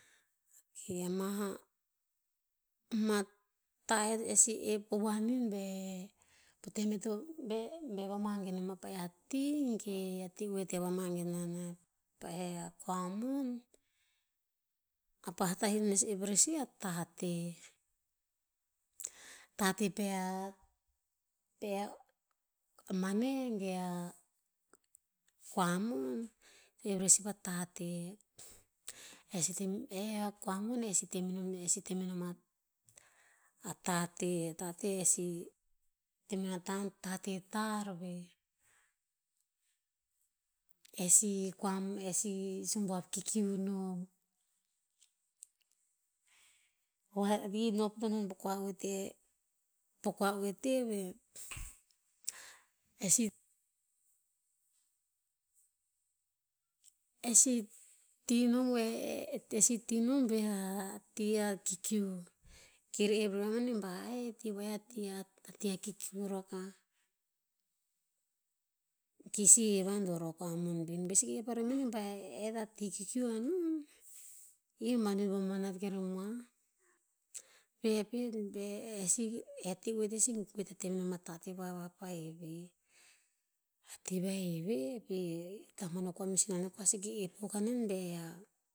Ia maha, mah ta e sih ep vovuan nin ve, po tem eh- eh to be- be vamange non a pa eh a tii ge, a ti we to vamange non a- a pa kua mon, a pah ta err nes oep sih a tateh. Tateh pe a- pe ah mane ge a kua mon, err epresi pa tateh. Eh sih tem eh akua mon, e sih temenom- e sih temenom a- a tateh. A tateh, e sih a tateh tar veh, eh sih kua mon, e sih sumbuav kikiu nom. non po kua oete, po kua oete veh, eh sih- eh sih ti non e sih ti non via a ti a kikiu. Kir ep rah manih ba i, ti we a ti- a ti a kikiu rakah. Ki sih he vador a kua mon ven be sih ep ramani ba, eh ta ti kikiu a non, ir pa mamat ke moa, peh pet be, eh sih e ti we si guwe tateh vapa va heve. A ti va heve veh, tamanano kua meh sinano kua seke ep kano bea ah